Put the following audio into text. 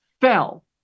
fell